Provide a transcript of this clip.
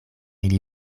ili